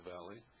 Valley